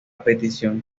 petición